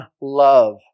love